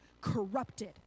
corrupted